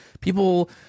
People